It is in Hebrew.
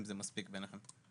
אם זה מספיק בעיניכם.